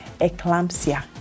eclampsia